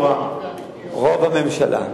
רוב הממשלה.